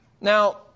Now